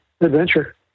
adventure